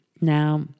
Now